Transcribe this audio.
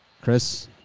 Chris